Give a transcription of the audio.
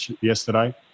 yesterday